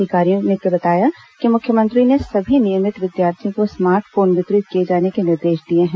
अधिकारियों के बताया कि मुख्यमंत्री ने सभी नियमित विद्यार्थियों को स्मार्ट फोन वितरित किए जाने के निर्देश दिए हैं